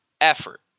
effort